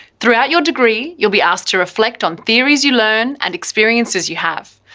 throughout your degree you'll be asked to reflect on theories you learn and experiences you have.